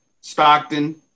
Stockton